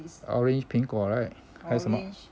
orange 苹果 right 还有什么